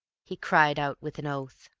he cried out with an oath.